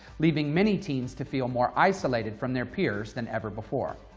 leaving many teens to feel more isolated from their peers than ever before.